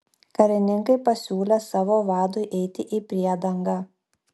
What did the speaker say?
karininkai pasiūlė savo vadui eiti į priedangą